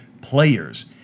players